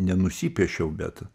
nenusipiešiau bet